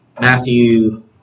Matthew